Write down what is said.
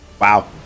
Wow